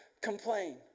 complain